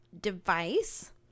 device